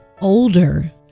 older